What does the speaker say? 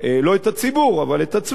לא את הציבור אבל את עצמך,